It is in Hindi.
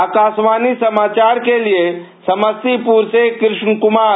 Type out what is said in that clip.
आकाशवाणी समाचार के लिए समस्तीपुर से कृष्ण कुमार